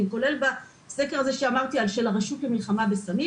כולל בסקר של הרשות למלחמה בסמים.